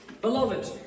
Beloved